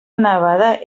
nevada